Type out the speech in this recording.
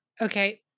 Okay